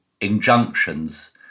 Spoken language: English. injunctions